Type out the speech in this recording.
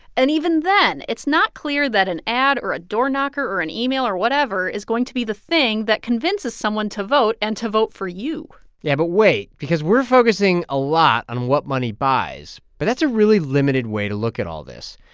and even then, it's not clear that an ad or a door knocker or an email or whatever is going to be the thing that convinces someone to vote and to vote for you yeah. but wait because we're focusing a lot on what money buys, but that's a really limited way to look at all this,